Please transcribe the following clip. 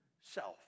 self